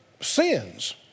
sins